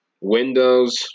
windows